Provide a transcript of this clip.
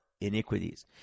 iniquities